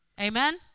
Amen